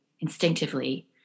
instinctively